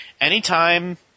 anytime